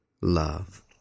love